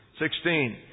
Sixteen